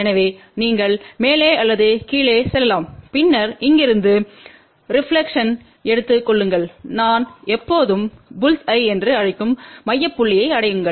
எனவே நீங்கள் மேலே அல்லது கீழே செல்லலாம் பின்னர் இங்கிருந்து ரெப்லக்க்ஷன்பை எடுத்துக் கொள்ளுங்கள் நான் எப்போதும் புல்ஸ்ஐ bull's eye என்று அழைக்கும் மைய புள்ளியை அடையுங்கள்